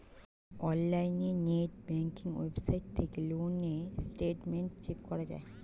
অনলাইনে net banking website থেকে loan এর স্টেটমেন্ট চেক করা যায়